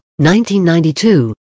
1992